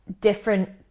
different